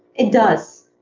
it does.